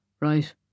Right